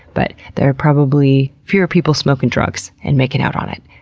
but there are probably fewer people smoking drugs and making out on it.